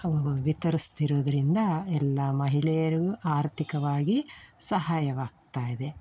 ಅವರು ವಿತರಿಸ್ತಿರೋದ್ರಿಂದ ಎಲ್ಲ ಮಹಿಳೆಯರಿಗೂ ಆರ್ಥಿಕವಾಗಿ ಸಹಾಯವಾಗ್ತಾ ಇದೆ